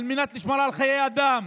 על מנת לשמור על חיי אדם.